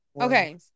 Okay